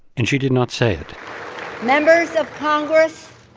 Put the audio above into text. and she did not say it members of congress,